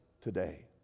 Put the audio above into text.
today